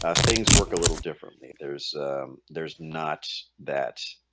ah things work a little differently. there's there's not that